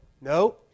No